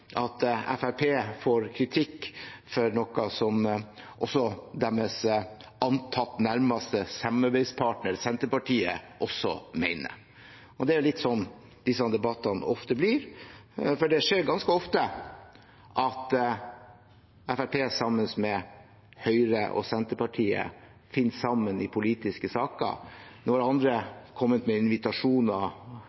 at Fremskrittspartiet får kritikk for noe som deres antatt nærmeste samarbeidspartner, Senterpartiet, også mener. Det er ofte sånn disse debattene blir, for det skjer ganske ofte at Fremskrittspartiet, Høyre og Senterpartiet finner sammen i politiske saker. Nå har andre